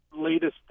latest